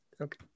Okay